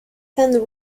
and